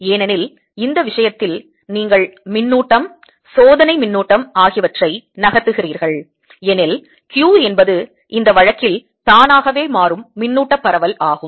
ஏனெனில் இந்த விஷயத்தில் நீங்கள் மின்னூட்டம் சோதனை மின்னூட்டம் ஆகியவற்றை நகர்த்துகிறீர்கள் எனில் q என்பது இந்த வழக்கில் தானாகவே மாறும் மின்னூட்டப் பரவல் ஆகும்